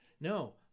no